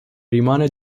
rimane